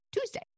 Tuesday